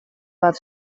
bat